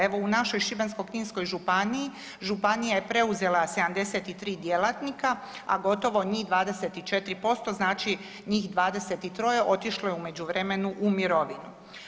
Evo u našoj Šibensko-kninskoj županiji, županija je preuzela 73 djelatnika, a gotovo njih 24%, znači njih 23 otišlo je u međuvremenu u mirovinu.